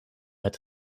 het